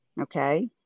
Okay